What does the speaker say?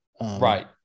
Right